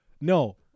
No